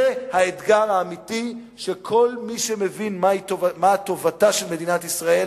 זה האתגר האמיתי שכל מי שמבין מהי טובתה של מדינת ישראל,